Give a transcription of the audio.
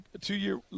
two-year –